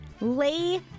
lay